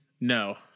No